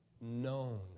known